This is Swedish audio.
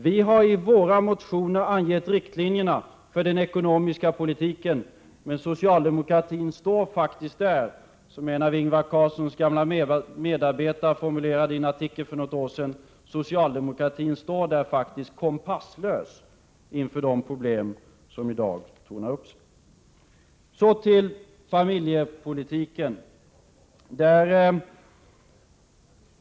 Vi har i våra motioner angett riktlinjerna för den ekonomiska politiken, men socialdemokratin står — som en gammal medarbetare till Ingvar Carlsson formulerade det i en artikel för något år sedan — faktiskt kompasslös inför de problem som i dag tornar upp sig. Så till familjepolitiken.